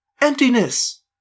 Emptiness